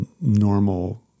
normal